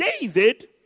David